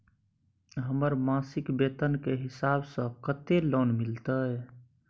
हमर मासिक वेतन के हिसाब स कत्ते लोन मिलते?